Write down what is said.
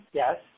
yes